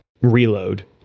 reload